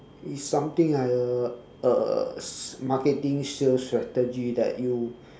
it's something like a uh marketing sales strategy that you